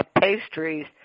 Pastries